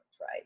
right